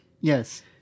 yes